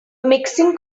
mixing